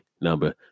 number